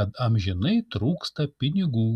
kad amžinai trūksta pinigų